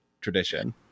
tradition